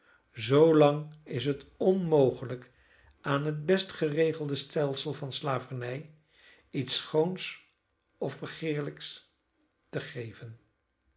verwisselen zlang is het onmogelijk aan het best geregelde stelsel van slavernij iets schoons of begeerlijks te geven